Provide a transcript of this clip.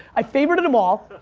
i favorited them all.